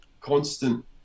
constant